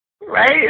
Right